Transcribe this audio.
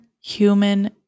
human